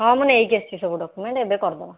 ହଁ ମୁଁ ନେଇକି ଆସିଛି ସବୁ ଡକୁମେଣ୍ଟ୍ ଏବେ କରିଦେବା